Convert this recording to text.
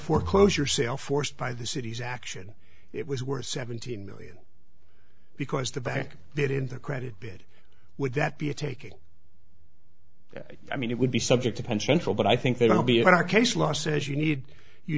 foreclosure sale forced by the city's action it was worth seventeen million because the bank did in their credit bid would that be a taking i mean it would be subject to pension but i think they don't be in our case law says you need you